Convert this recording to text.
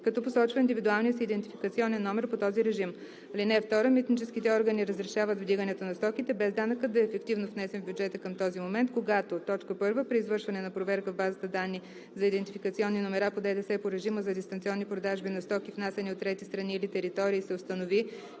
като посочва индивидуалния си идентификационен номер по този режим. (2) Митническите органи разрешават вдигането на стоките, без данъкът да е ефективно внесен в бюджета към този момент, когато: 1. при извършване на проверка в базата данни за идентификационни номера по ДДС по режима за дистанционни продажби на стоки, внасяни от трети страни или територии, се установи,